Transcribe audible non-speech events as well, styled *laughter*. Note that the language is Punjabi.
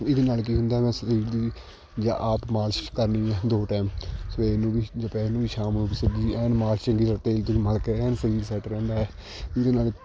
ਇਹਦੇ ਨਾਲ ਕੀ ਹੁੰਦਾ ਮੈਂ ਸਰੀਰ ਦੀ ਜਾਂ ਆਪ ਮਾਲਿਸ਼ ਕਰਨੀ ਦੋ ਟਾਈਮ ਸਵੇਰ ਨੂੰ ਵੀ ਦੁਪਹਿਰ ਨੂੰ ਵੀ ਸ਼ਾਮ ਨੂੰ ਵੀ ਸਰੀਰ ਦੀ ਐਨ ਮਾਲਿਸ਼ *unintelligible* ਚੰਗੀ ਤਰ੍ਹਾਂ ਤੇਲ ਤੂਲ ਮਲ ਕੇ ਐਨ ਸਰੀਰ ਸੈੱਟ ਰਹਿੰਦਾ ਹੈ ਜਿਹਦੇ ਨਾਲ